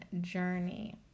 journey